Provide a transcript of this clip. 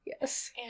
Yes